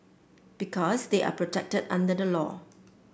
because they are protected under the law